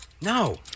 No